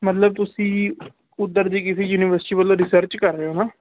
ਮਤਲਬ ਤੁਸੀਂ ਉੱਧਰ ਦੀ ਕਿਸੀ ਯੂਨੀਵਰਸਿਟੀ ਵੱਲੋਂ ਰਿਸਰਚ ਕਰ ਰਹੇ ਹੋ ਨਾ